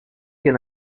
can